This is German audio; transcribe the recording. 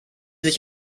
sich